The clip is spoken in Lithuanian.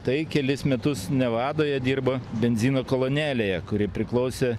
tai kelis metus nevadoje dirbo benzino kolonėlėje kuri priklausė